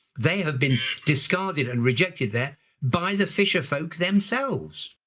they have been discarded and rejected there by the fisher folks themselves.